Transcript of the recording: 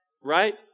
Right